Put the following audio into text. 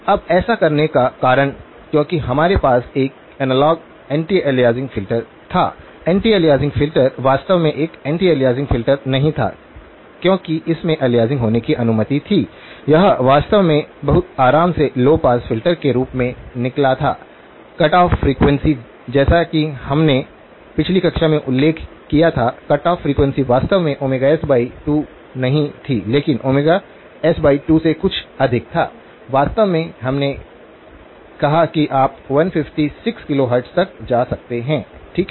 अब ऐसा करने का कारण क्योंकि हमारे पास एक एनालॉग एंटी अलियासिंग फ़िल्टर था एंटी अलियासिंग फ़िल्टर वास्तव में एक एंटी अलियासिंग फ़िल्टर नहीं था क्योंकि इसमें अलियासिंग होने की अनुमति थी यह वास्तव में बहुत आराम से लौ पास फ़िल्टर के रूप में निकला था कट ऑफ फ्रीक्वेंसी जैसा कि हमने पिछली कक्षा में उल्लेख किया था कट ऑफ फ्रीक्वेंसी वास्तव में s2 नहीं थी लेकिन s2 से कुछ अधिक था वास्तव में हमने कहा कि आप 156 किलोहर्ट्ज़ तक जा सकते हैं ठीक है